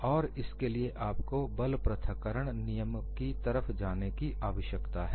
और इसके लिए आपको बल पृथक्करण नियम की तरफ जाने की आवश्यकता है